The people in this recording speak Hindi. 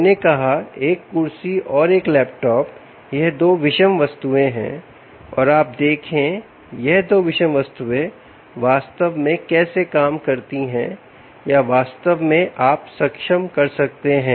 मैंने कहा एक कुर्सी और एक लैपटॉप यह दो विषम वस्तुएं हैं और आप देखें यह दो विषम वस्तुएं वास्तव में कैसे काम करती है या वास्तव में आप सक्षम कर सकते हैं